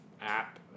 app